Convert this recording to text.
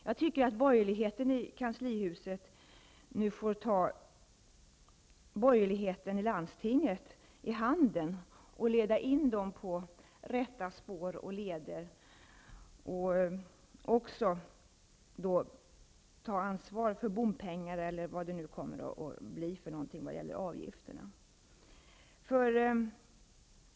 Jag tycker att borgerligheten i kanslihuset nu får ta borgerligheten i landstinget i handen och leda in den på det rätta spåret och också ta ansvar för bompengar eller vad det nu kommer att bli fråga om för avgifter.